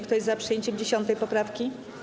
Kto jest za przyjęciem 10. poprawki?